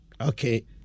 Okay